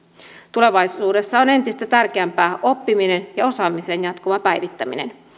tulevaisuudessa on entistä tärkeämpää oppiminen ja osaamisen jatkuva päivittäminen